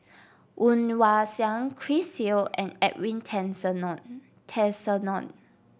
Woon Wah Siang Chris Yeo and Edwin Tessensohn